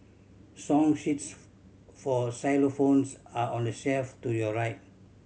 song sheets for xylophones are on the shelf to your right